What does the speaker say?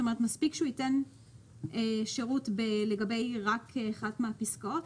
מספיק שהוא ייתן שירות רק לגבי אחת מהפסקאות?